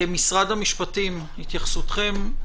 משרד המשפטים, התייחסותכם.